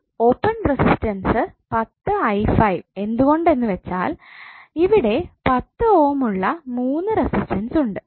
ഒരു open resistance 10𝑖5 എന്തുകൊണ്ട് എന്ന് വെച്ചാൽ ഇവിടെ 10 ഓം ഉള്ള മൂന്ന് റെസിസ്റ്റൻസ് ഉണ്ട്